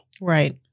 right